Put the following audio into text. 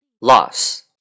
Loss